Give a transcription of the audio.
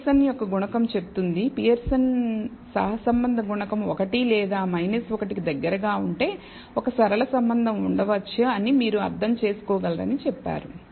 Pearson యొక్క గుణకం చెప్తుంది పియర్సన్ సహసంబంధ గుణకం 1 లేదా 1 కి దగ్గరగా ఉంటే ఒక సరళ సంబంధం ఉండవచ్చు అని మీరు అర్థం చేసుకోగలరని చెప్పారు